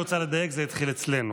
אני רוצה לדייק: זה התחיל אצלנו,